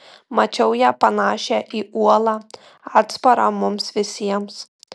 mačiau ją panašią į uolą atsparą mums visiems